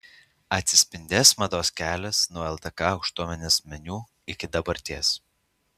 atsispindės mados kelias nuo ldk aukštuomenės menių iki dabarties